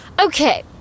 Okay